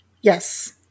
Yes